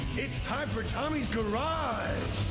it's time for tommy's garage!